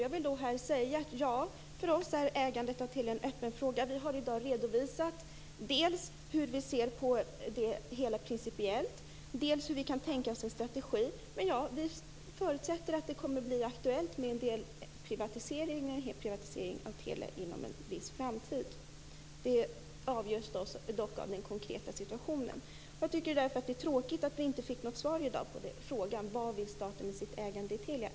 Jag vill här säga att ägandet av Telia för oss är en öppen fråga. Vi har i dag redovisat dels hur vi ser på det hela principiellt, dels vad vi kan tänka oss för strategi. Vi förutsätter att det kommer att bli aktuellt med en hel privatisering av Telia inom en viss framtid. Det avgörs dock av den konkreta situationen. Jag tycker därför att det är tråkigt att vi i dag inte fick något svar på frågan: Vad vill staten med sitt ägande i Telia?